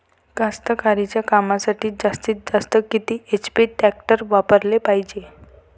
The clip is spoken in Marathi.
कास्तकारीच्या कामासाठी जास्तीत जास्त किती एच.पी टॅक्टर वापराले पायजे?